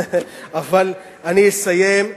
אבל אני אסיים.